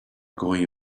going